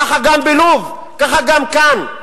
ככה גם בלוב, ככה גם כאן.